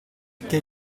che